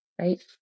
Right